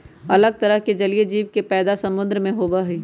अलग तरह के जलीय जीव के पैदा समुद्र में होबा हई